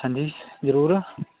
ਹਾਂਜੀ ਜ਼ਰੂਰ